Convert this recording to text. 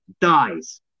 dies